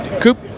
Coop